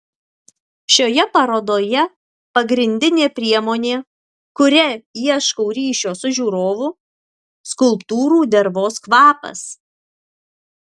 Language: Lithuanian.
šioje parodoje pagrindinė priemonė kuria ieškau ryšio su žiūrovu skulptūrų dervos kvapas